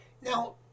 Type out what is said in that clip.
Now